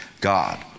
God